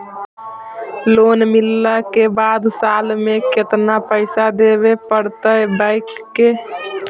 Loan मिलला के बाद साल में केतना पैसा देबे पड़तै बैक के?